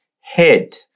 head